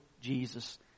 Jesus